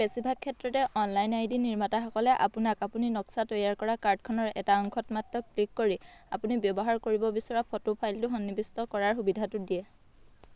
বেছিভাগ ক্ষেত্ৰতে online ID নিৰ্মাতাসকলে আপোনাক আপুনি নক্সা তৈয়াৰ কৰা কাৰ্ডখনৰ এটা অংশত মাত্ৰ ক্লিক কৰি আপুনি ব্যৱহাৰ কৰিব বিচৰা ফটো ফাইলটো সন্নিৱিষ্ট কৰাৰ সুবিধাটো দিয়ে